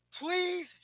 please